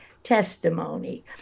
Testimony